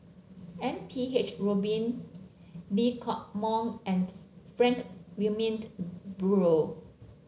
M P H Rubin Lee Hock Moh and Frank Wilmin Brewer